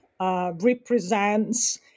represents